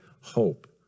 hope